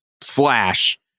slash